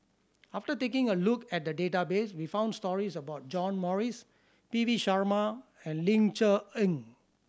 after taking a look at the database we found stories about John Morrice P V Sharma and Ling Cher Eng